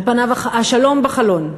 על פניו, השלום בחלון.